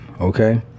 okay